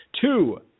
two